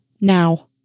Now